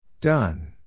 Done